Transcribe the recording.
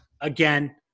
Again